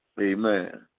Amen